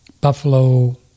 buffalo